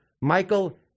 Michael